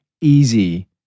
easy